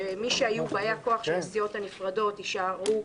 שמי שהיו באי הכוח של הסיעות הנפרדות יישארו